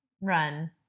run